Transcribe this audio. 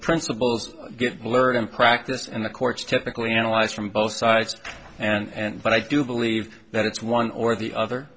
principles get blurred in practice and the courts typically analyze from both sides and but i do believe that it's one or the other